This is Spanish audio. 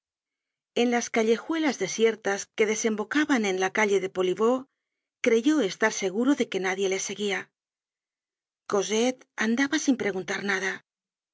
en las callejuelas desiertas que desembocaban en la calle de poliveau creyó estar seguro de que nadie le seguia cosette andaba sin preguntar nada